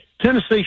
Tennessee